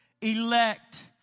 Elect